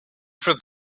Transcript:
through